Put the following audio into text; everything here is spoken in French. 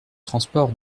transport